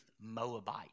Moabite